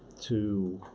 to